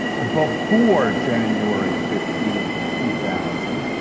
before january fifteenth, two thousand,